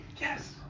Yes